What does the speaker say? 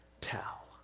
tell